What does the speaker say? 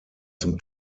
zum